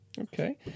Okay